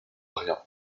rien